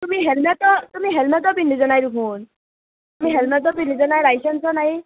তুমি হেলমেটো তুমি হেলমেটো পিন্ধি যনাই দেখোন তুমি হেলমেটো পিন্ধি যনাই লাইচেঞ্চো নাই